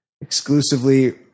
Exclusively